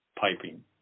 piping